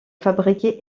fabriquait